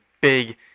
big